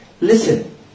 Listen